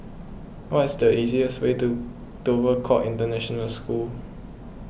what is the easiest way to Dover Court International School